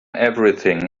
everything